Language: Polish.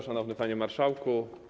Szanowny Panie Marszałku!